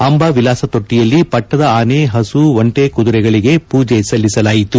ಅಂಬಾವಿಲಾಸ ತೊಟ್ಟಿಯಲ್ಲಿ ಪಟ್ಟದ ಆನೆ ಹಸು ಒಂಟೆ ಕುದುರೆಗಳಿಗೆ ಪೂಜೆ ಸಲ್ಲಿಸಲಾಯಿತು